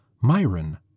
Myron